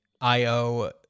IO